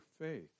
faith